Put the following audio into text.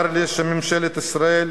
צר לי שממשלת ישראל